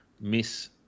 miss